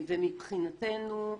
מבחינתנו,